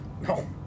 no